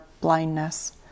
blindness